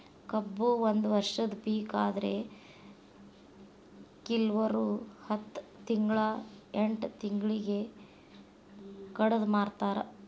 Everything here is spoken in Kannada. ಕಬ್ಬು ಒಂದ ವರ್ಷದ ಪಿಕ ಆದ್ರೆ ಕಿಲ್ವರು ಹತ್ತ ತಿಂಗ್ಳಾ ಎಂಟ್ ತಿಂಗ್ಳಿಗೆ ಕಡದ ಮಾರ್ತಾರ್